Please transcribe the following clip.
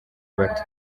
bato